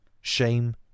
Shame